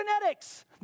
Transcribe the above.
genetics